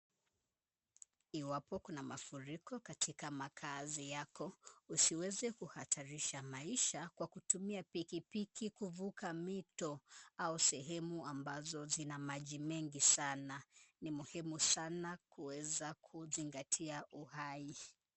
Iwapo kuna mafuriko katika makaazi yako, usiweze kuhatarisha maisha kwa kutumia pikipiki kuvuka mito au sehemu ambazo zina maji mengi sana. Ni muhimu sana kuweza kuzingatia uhai.